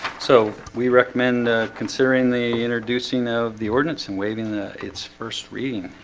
so we recommend considering the introducing of the ordinance and waiving the its first reading